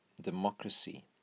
democracy